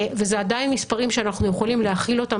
ואלה עדיין מספרים שאנחנו יכולים להכיל אותם